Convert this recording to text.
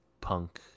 punk